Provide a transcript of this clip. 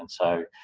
and so,